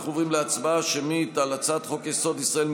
אנחנו עוברים להצבעה שמית על הצעת חוק-יסוד: ישראל,